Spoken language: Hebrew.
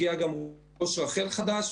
הגיעה גם ראש רח"ל חדש,